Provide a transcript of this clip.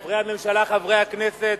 אדוני היושב-ראש, חברי הממשלה, חברי הכנסת,